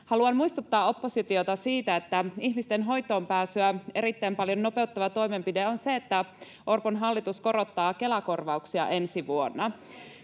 Haluan muistuttaa oppositiota siitä, että ihmisten hoitoonpääsyä erittäin paljon nopeuttava toimenpide on se, että Orpon hallitus korottaa Kela-korvauksia ensi vuonna.